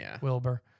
Wilbur